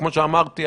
כמו שאמרתי,